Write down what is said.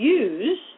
use